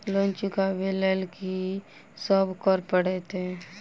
Loan चुका ब लैल की सब करऽ पड़तै?